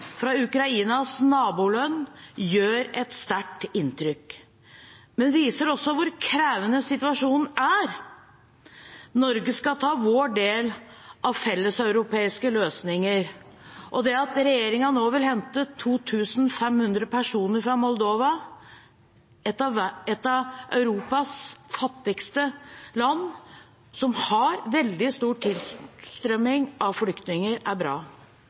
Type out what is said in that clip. fra Ukrainas naboland gjør et sterkt inntrykk, men viser også hvor krevende situasjonen er. Norge skal ta vår del av felleseuropeiske løsninger, og regjeringen vil nå hente 2 500 personer fra Moldova – et av Europas fattigste land, som har veldig stor tilstrømning av flyktninger. Det er bra.